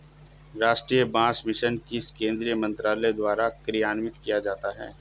राष्ट्रीय बांस मिशन किस केंद्रीय मंत्रालय द्वारा कार्यान्वित किया जाता है?